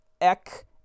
Eck